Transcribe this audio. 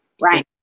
Right